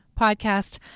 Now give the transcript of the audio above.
podcast